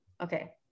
Okay